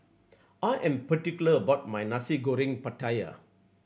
I am particular about my Nasi Goreng Pattaya